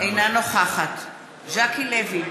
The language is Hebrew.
אינה נוכחת ז'קי לוי,